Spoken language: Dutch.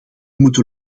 moeten